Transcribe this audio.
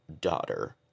Daughter